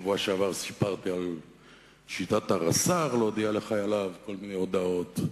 בשבוע שעבר סיפרתי על שיטת הרס"ר להודיע לחייליו כל מיני הודעות,